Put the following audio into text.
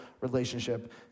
relationship